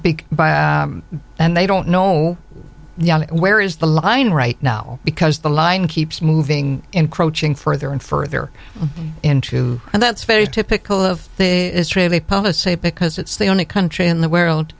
by and they don't know where is the line right now because the line keeps moving encroaching further and further into and that's very typical of the israeli policy because it's the only country in the w